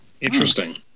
Interesting